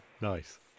nice